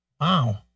Wow